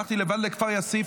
הלכתי לבד לכפר יאסיף,